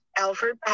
Alfred